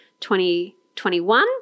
2021